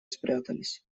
спрятались